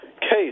case